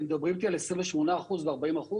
אתם מדברים על 28% ו-40%?